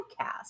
podcast